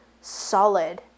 solid